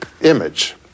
image